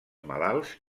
malalts